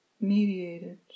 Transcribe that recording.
mediated